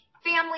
family